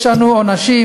יש לנו עונשים,